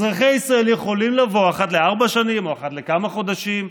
אזרחי ישראל יכולים לבוא אחת לארבע שנים או אחת לכמה חודשים,